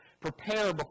prepare